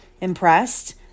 impressed